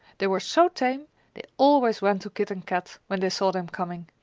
they were so tame they always ran to kit and kat, when they saw them coming.